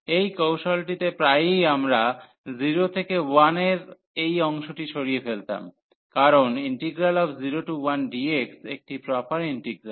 এই কৌশলটিতে প্রায়ই আমরা 0 থেকে 1 এর এই অংশটি সরিয়ে ফেলতাম কারণ 01dx একটি প্রপার ইন্টিগ্রাল